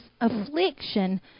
affliction